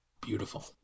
Beautiful